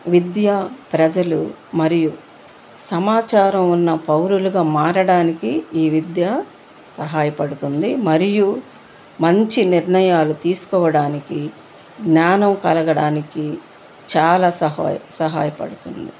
విద్య ప్రజలు మరియు సమాచారం ఉన్న పౌరులుగా మారడానికి ఈ విద్యా సహాయపడుతుంది మరియు మంచి నిర్ణయాలు తీసుకోవడానికి జ్ఞానం కలగడానికి చాలా సహయ సహాయపడుతుంది